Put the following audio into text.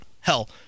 hell